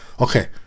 Okay